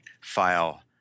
file